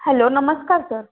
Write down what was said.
hello नमस्कार sir